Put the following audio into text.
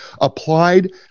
applied